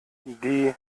die